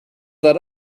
that